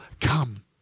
come